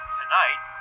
Tonight